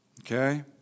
Okay